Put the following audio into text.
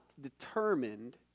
determined